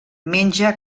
menja